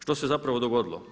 Što se zapravo dogodilo?